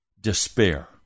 despair